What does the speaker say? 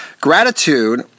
Gratitude